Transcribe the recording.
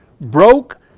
broke